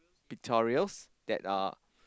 pictorials that are